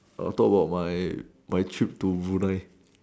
after around my trip to Brunei